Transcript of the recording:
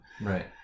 Right